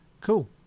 Cool